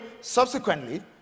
subsequently